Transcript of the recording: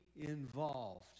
involved